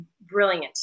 brilliant